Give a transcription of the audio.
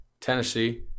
Tennessee